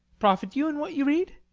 profit you in what you read?